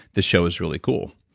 this show is really cool.